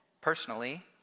Personally